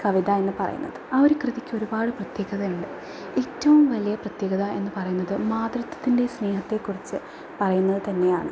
കവിത എന്ന് പറയുന്നത് ആ ഒരു കൃതിക്ക് ഒരുപാട് പ്രത്യേകതയുണ്ട് ഏറ്റവും വലിയ പ്രത്യേക എന്ന് പറയുന്നത് മാതൃത്വത്തിൻ്റെ സ്നേഹത്തെക്കുറിച്ച് പറയുന്നത് തന്നെയാണ്